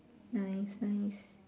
nice nice